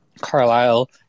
Carlisle